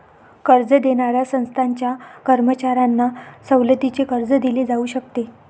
कर्ज देणाऱ्या संस्थांच्या कर्मचाऱ्यांना सवलतीचे कर्ज दिले जाऊ शकते